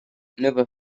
never